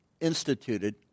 instituted